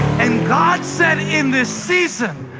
and god said, in this season,